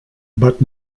but